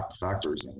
factories